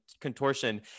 contortion